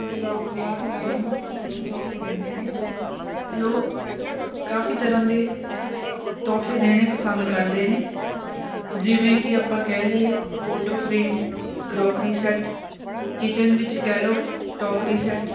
ਕਿ ਲੋਕ ਵਿਆਹ 'ਤੇ ਲਾੜੀ ਨੂੰ ਕੀ ਕੀ ਤੋਹਫੇ ਦਿੰਦੇ ਨੇ ਲੋਕ ਕਾਫੀ ਤਰ੍ਹਾਂ ਦੇ ਤੋਹਫੇ ਦੇਣੇ ਪਸੰਦ ਕਰਦੇ ਨੇ ਜਿਵੇਂ ਕਿ ਆਪਾਂ ਕਹਿ ਲਈਏ photo frame crockery set kitchen ਵਿੱਚ ਕਹਿ ਲਓ ਕਰੋਕਰੀ ਸੈੱਟ